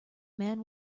man